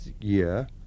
year